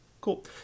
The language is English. Cool